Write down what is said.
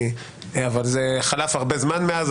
אבל חלף הרבה זמן מאז,